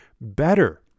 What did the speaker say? better